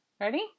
ready